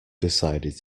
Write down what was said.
decided